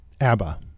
ABBA